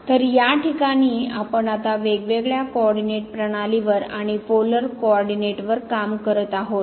तर या ठिकाणी आपण आता वेगवेगळ्या कोऑरडीनेट प्रणालीवर आणि पोलर कोऑरडीनेट वर काम करत आहोत